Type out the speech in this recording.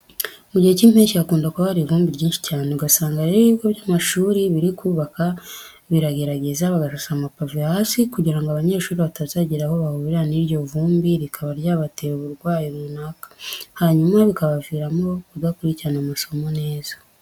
Mu gihe cy'Impeshyi hakunda kuba hari ivumbi ryinshi cyane, ugasanga rero ibigo by'amashuri iyo biri kubaka biragerageza bagasasa amapave hasi kugira ngo abanyeshuri batazagira aho bahurira n'iryo vumbi rikaba ryabatera uburwayi runaka, hanyuma bikabaviramo kudakurikirana amasomo neza.